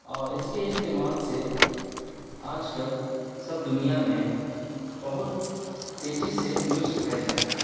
اور اس کے استعمال سے آج کل سب دنیا میں بہت تیزی سے نیوز پھیل جاتے ہیں